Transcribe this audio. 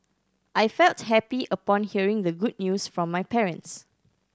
I felt happy upon hearing the good news from my parents